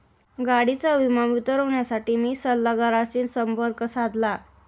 गाडीचा विमा उतरवण्यासाठी मी विमा सल्लागाराशी संपर्क साधला